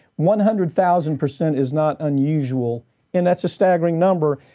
one hundred thousand percent is not unusual and that's a staggering number.